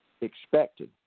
expected